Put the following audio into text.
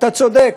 אתה צודק.